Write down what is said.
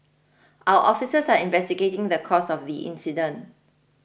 our officers are investigating the cause of the incident